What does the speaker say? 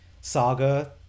saga